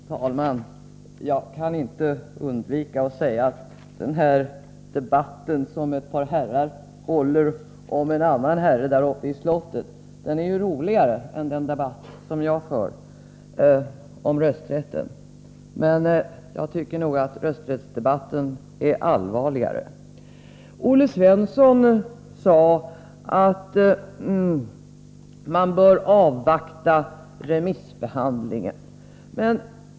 Herr talman! Jag kan inte underlåta att säga att den här debatten, som ett par herrar håller om en annan herre där uppe i slottet, är roligare än den debatt som jag för om rösträtten. Men jag tycker nog att rösträttsdebatten är allvarligare. Olle Svensson sade att man bör avvakta remissbehandlingen.